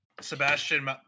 Sebastian